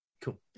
Cool